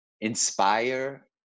inspire